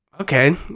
okay